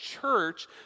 church